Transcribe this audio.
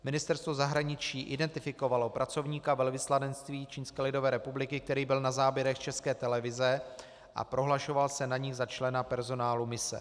Ministerstvo zahraničí identifikovalo pracovníka velvyslanectví Čínské lidové republiky, který byl na záběrech České televize a prohlašoval se na nich za člena personálu mise.